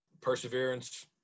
Perseverance